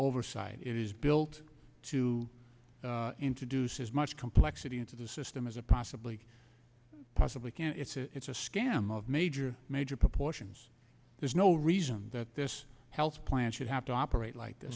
oversight it is built to introduce is much complexity into the system as a possibly possibly can it's a scam of major major proportions there's no reason that this health plan should have to operate like